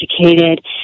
educated